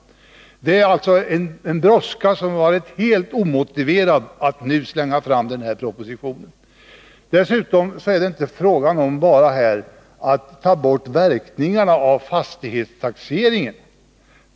Brådskan har alltså varit helt omotiverad när regeringen har slängt fram den här propositionen. Dessutom är det inte fråga om bara att få bort verkningarna av fastighetstaxeringen.